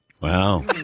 Wow